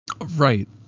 right